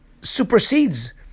supersedes